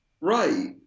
Right